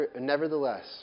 nevertheless